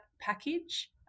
package